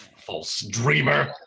false dreamer,